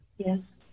Yes